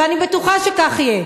ואני בטוחה שכך יהיה,